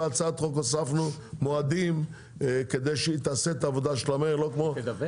בהצעת החוק הוספנו מועדים כדי שהיא תעשה את העבודה שלה מהר ותדווח.